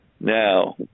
Now